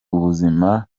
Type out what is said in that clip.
ubuzima